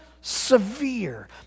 severe